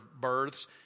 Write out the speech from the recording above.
births